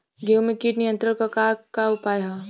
गेहूँ में कीट नियंत्रण क का का उपाय ह?